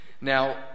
Now